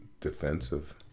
defensive